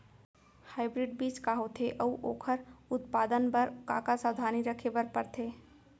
Hybrid बीज का होथे अऊ ओखर उत्पादन बर का का सावधानी रखे बर परथे?